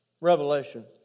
revelation